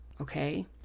Okay